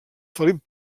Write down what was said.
felip